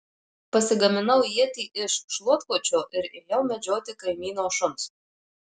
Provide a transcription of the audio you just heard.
pasigaminau ietį iš šluotkočio ir ėjau medžioti kaimyno šuns